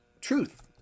truth